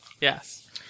Yes